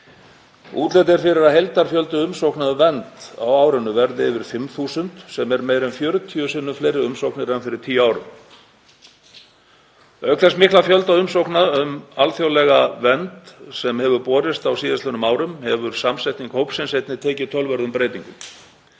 Útlit er fyrir að heildarfjöldi umsókna um vernd á árinu verði yfir 5.000, sem er meira en fjörutíu sinnum fleiri umsóknir en fyrir tíu árum. Auk þess mikla fjölda umsókna um alþjóðlega vernd sem hefur borist á síðastliðnum árum hefur samsetning hópsins einnig tekið töluverðum breytingum.